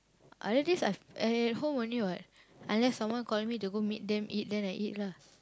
other days I I at home only what unless someone call me to go meet them eat then I eat lah